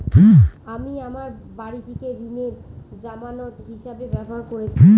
আমি আমার বাড়িটিকে ঋণের জামানত হিসাবে ব্যবহার করেছি